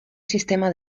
sistema